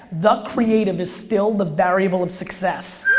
the creative is still the variable of success.